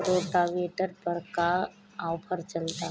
Rotavator पर का offer चलता?